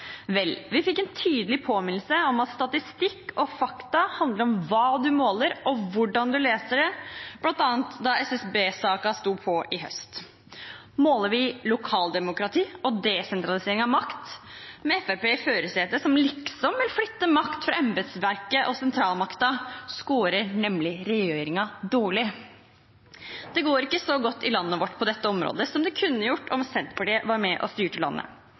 Vel, vi fikk en tydelig påminnelse om at statistikk og fakta handler om hva en måler, og om hvordan en leser det, bl.a. da SSB-saken sto på sist høst. Måler vi lokaldemokrati og desentralisering av makt med Fremskrittspartiet i førersetet, som liksom vil flytte makt fra embetsverket og sentralmakten, skårer regjeringen nemlig dårlig. Det går ikke så godt i landet vårt på dette området som det kunne gjort, om Senterpartiet var med og styrte landet.